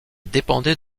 dépendait